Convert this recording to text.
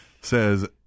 says